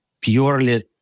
purely